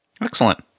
Excellent